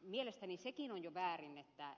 mielestäni sekin on jo väärin että